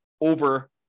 over